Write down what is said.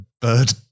bird